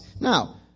now